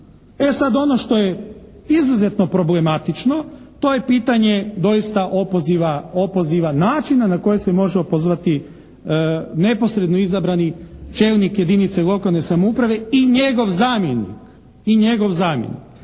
E sad ono što je izuzetno problematično, to je pitanje doista opoziva načina na koji se može opozvati neposredno izabrani čelnik jedinice lokalne samouprave i njegov zamjenik.